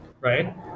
Right